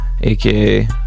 aka